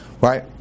right